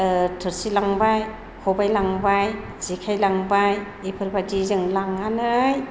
थोरसि लांबाय खबाइ लांबाय जेखाइ लांबाय बेफोरबायदि जों लांनानै